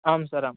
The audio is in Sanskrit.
आं सर् आं